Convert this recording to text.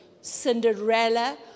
Cinderella